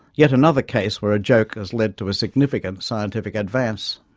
yet another case where a joke has led to a significant scientific advance.